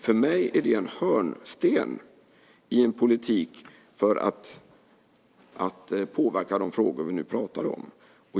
För mig är det en hörnsten i en politik för att påverka de frågor som vi pratar om.